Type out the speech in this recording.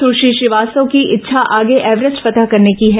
सुश्री श्रीवास की इच्छा आगे एवरेस्ट फतह करने की है